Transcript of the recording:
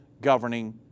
governing